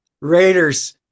Raiders